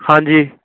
ਹਾਂਜੀ